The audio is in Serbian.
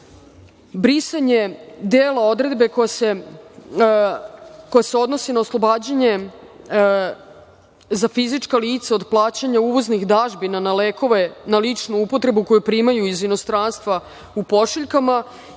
brisanje dela odredbe koja se odnosi na oslobađanje za fizička lica od plaćanja uvoznih dažbina na lekove na ličnu upotrebu koju primaju iz inostranstva u pošiljkama.